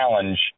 challenge